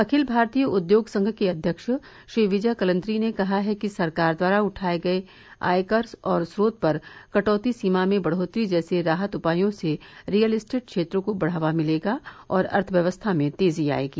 अखिल भारतीय उद्योग संघ के अव्यक्ष श्री विजय कलन्त्री ने कहा है कि सरकार द्वारा उठाये गये आयकर और स्रोत पर कटौती सीमा में बढ़ोतरी जैसे राहत उपायों से रीयल एस्टेट क्षेत्र को बढ़ावा मिलेगा और अर्थव्यवस्था में तेजी आएगी